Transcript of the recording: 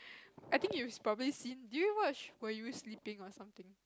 I think you probably seen do you watch were you sleeping or something